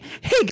Hey